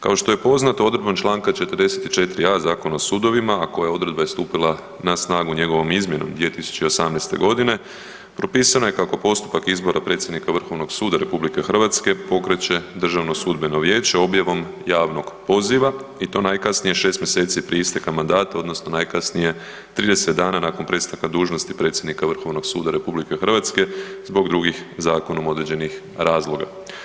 Kao što je poznato, odredbom čl. 44 a Zakona o sudovima a koja odredba je stupila na snagu njegovom izmjenom 2018., propisano je kako postupak izbora predsjednika Vrhovnog suda RH, pokreće Državno sudbeno vijeće objavom javnog poziva i to najkasnije 6 mj. prije isteka mandata odnosno najkasnije 30 dana nakon prestanka dužnosti predsjednika Vrhovnog suda RH zbog drugih zakonom određenih razloga.